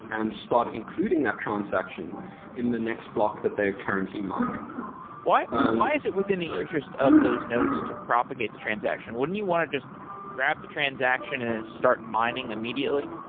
and start including that transaction in the next block that they're currently mining why um why is it within the interest of those nodes to propagate the transaction, when you want to just grab the transaction and then start mining immediately?